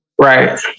Right